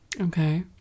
Okay